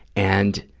and,